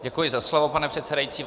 Děkuji za slovo, pane předsedající.